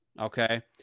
okay